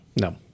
No